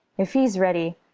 if he's ready,